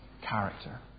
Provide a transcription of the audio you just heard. character